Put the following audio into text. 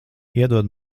iedod